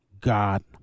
God